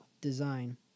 design